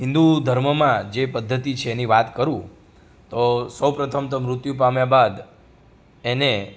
હિન્દુ ધર્મમાં જે પદ્ધતિ છે એની વાત કરું તો સૌપ્રથમ તો મૃત્યુ પામ્યાં બાદ એને